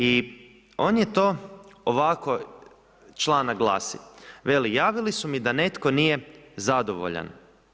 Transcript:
I on je to ovako članak glasi, veli, javili su mi da netko nije zadovoljan.